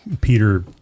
Peter